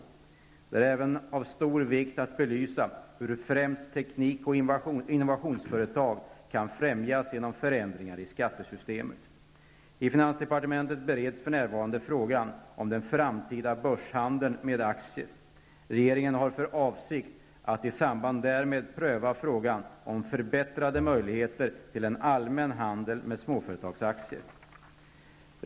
Det är även av stor vikt att belysa hur främst teknik och innovationsföretag kan främjas genom förändringar i skattesystemet. I finansdepartementet bereds för närvarande frågan om den framtida börshandeln med aktier. Regeringen har för avsikt att i samband därmed pröva frågan om förbättrade möjligheter till en allmän handel med småföretagsaktier.